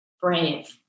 brave